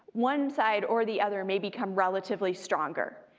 one side or the other may become relatively stronger,